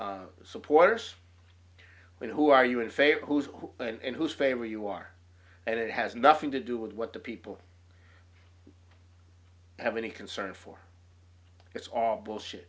my supporters but who are you in favor of who's who and who's favor you are and it has nothing to do with what the people have any concern for it's all bullshit